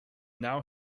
now